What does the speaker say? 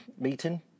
meeting